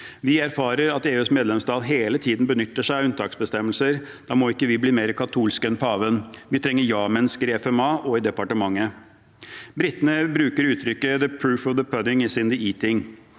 Vi erfarer at EUs medlemsland hele tiden benytter seg av unntaksbestemmelser. Da må ikke vi bli mer katolske enn paven. Vi trenger jamennesker i FMA og i departementet. Britene bruker uttrykket «the proof of the pudding is in the eating».